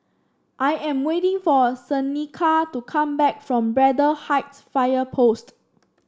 I am waiting for Seneca to come back from Braddell Heights Fire Post